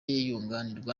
yunganirwa